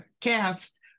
cast